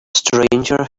stranger